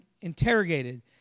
interrogated